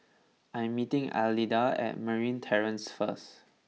I am meeting Alida at Marine Terrace first